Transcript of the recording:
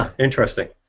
interesting!